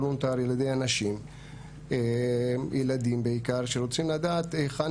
כמובן זה שיכול להקים חשד לעבירה פלילית של הטרדה,